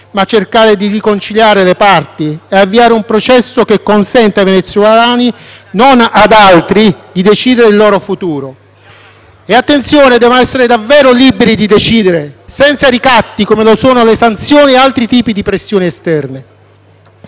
di cercare di riconciliare le parti e di avviare un processo che consenta ai venezuelani, non ad altri, di decidere il loro futuro. Attenzione: devono essere davvero liberi di decidere, senza ricatti come sono le sanzioni e altri tipi di pressioni esterne.